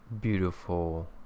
beautiful